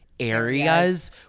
areas